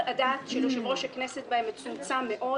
הדעת של יושב-ראש הכנסת בהם מצומצם מאוד.